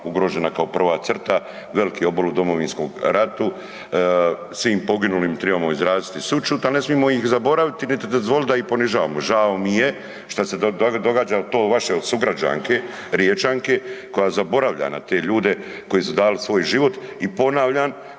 ugrožena kao prva crta, veliki obol u Domovinskom ratu. Svim poginulim tribamo izraziti sućut, ali ne smijemo ih zaboraviti niti dozvoliti da ih ponižavamo. Žao mi je šta se to događa to vaše od sugrađanke Riječanke koja zaboravlja na te ljude koji su dali svoj život i ponavljam